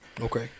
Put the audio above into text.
Okay